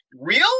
Real